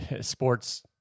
sports